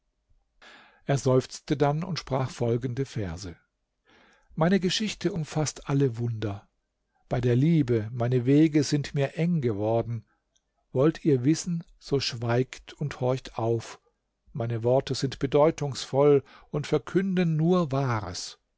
er seufzte dann und sprach folgende verse meine geschichte umfaßt alle wunder bei der liebe meine wege sind mir eng geworden wollt ihr wissen so schweigt und horcht auf meine worte sind bedeutungsvoll und verkünden nur wahres